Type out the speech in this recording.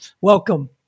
Welcome